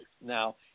now